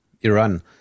Iran